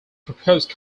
proposed